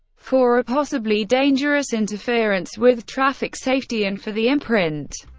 for a possibly dangerous interference with traffic safety and for the imprint.